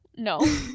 No